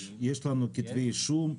יש לנו כתבי אישום,